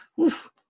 Oof